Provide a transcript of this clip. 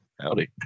Howdy